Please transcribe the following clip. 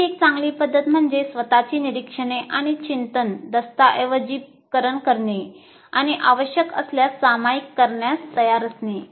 आणखी एक चांगली पद्धत म्हणजे स्वतःची निरीक्षणे आणि चिंतन दस्तऐवजीकरण करणे आणि आवश्यक असल्यास सामायिक करण्यास तयार असणे